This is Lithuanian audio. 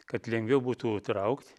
kad lengviau būtų traukt